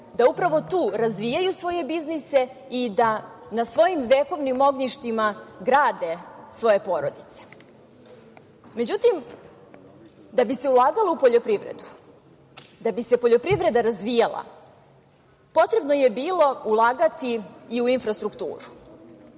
da upravo tu razvijaju svoje biznise i da na svojim vekovnim ognjištima grade svoje porodice.Međutim, da bi se ulagalo u poljoprivredu, da bi se poljoprivreda razvijala, potrebno je bilo ulagati i u infrastrukturu.